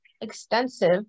Extensive